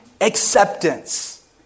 acceptance